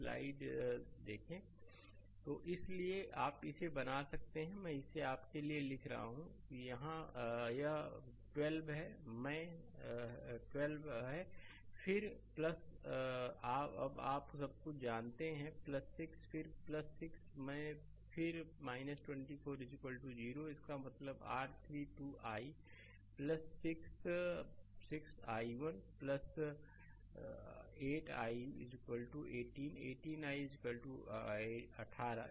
slide समय देखें 0857 तो इसलिए आप इसे बना सकते हैं मैं इसे आपके लिए यहां लिख रहा हूं यह 12 मैं है फिर अब आप सब कुछ जानते हैं 6 फिर 6 मैं फिर 24 0 इसका मतलब है R32 i 6 6 i18 i 18 18 i अठारह